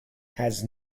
has